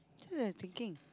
you're thinking